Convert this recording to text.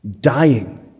dying